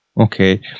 okay